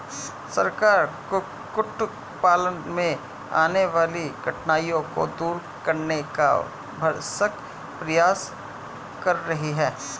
सरकार कुक्कुट पालन में आने वाली कठिनाइयों को दूर करने का भरसक प्रयास कर रही है